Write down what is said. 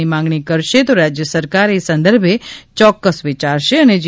ની માંગણી કરશે તો રાજ્ય સરકાર એ સંદર્ભે ચોક્કસ વિયારશે અને જી